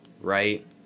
right